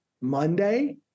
Monday